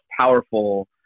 powerful